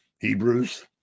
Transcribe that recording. Hebrews